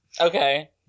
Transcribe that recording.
Okay